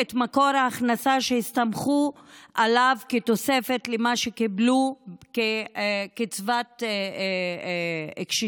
את מקור ההכנסה שהסתמכו עליו כתוספת למה שקיבלו כקצבת קשישים,